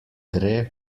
gre